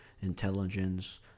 intelligence